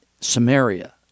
Samaria